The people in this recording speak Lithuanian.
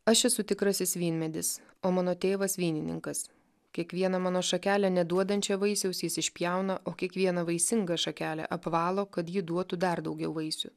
aš esu tikrasis vynmedis o mano tėvas vynininkas kiekvieną mano šakelę neduodančią vaisiaus jis išpjauna o kiekvieną vaisingą šakelę apvalo kad ji duotų dar daugiau vaisių